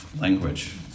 language